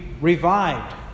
revived